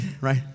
right